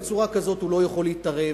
בצורה כזאת הוא לא יכול להתערב,